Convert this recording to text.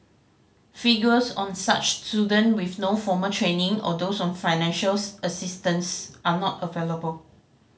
figures on such student with no formal training or those on financial assistance are not available